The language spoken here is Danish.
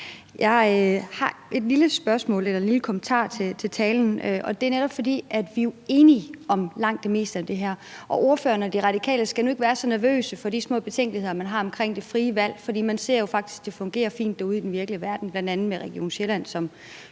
eller en lille kommentar til talen. Det er netop, fordi vi jo er enige om langt det meste af det her. Ordføreren og De Radikale skal nu ikke være så nervøse for de små betænkeligheder, man har om det frie valg, for man ser jo faktisk, at det fungerer fint derude i den virkelige verden bl.a. i Region Sjælland,